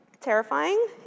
terrifying